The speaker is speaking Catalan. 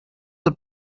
del